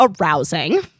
arousing